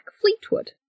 Fleetwood